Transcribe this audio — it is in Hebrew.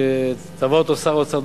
שטבע אותו שר האוצר,